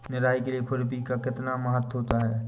निराई के लिए खुरपी का कितना महत्व होता है?